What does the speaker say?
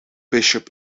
bishop